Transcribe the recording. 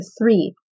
three